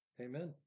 Amen